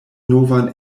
novan